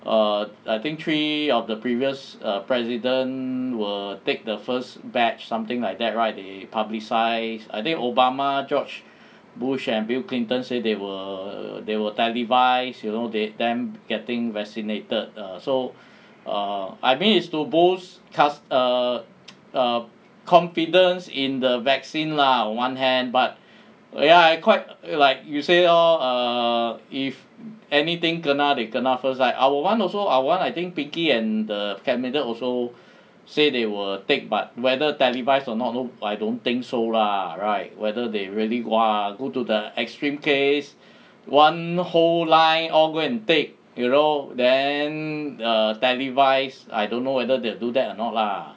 uh I think three of the previous president will take the first batch something like that right they publicised I think obama george bush and bill clinton say they will they will televise you know they them getting vaccinated so err I mean is to boost trust err err confidence in the vaccine lah on one hand but ya I quite like you say lor err if anything kena they kena first like our [one] also our [one] also I think pinkie and the cabinet also say they will take but whether televised or not no I don't think so lah right whether they really !wah! go to the extreme case one whole line all go and take you know then a televised I don't know whether that do that or not lah